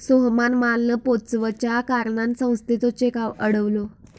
सोहमान माल न पोचवच्या कारणान संस्थेचो चेक अडवलो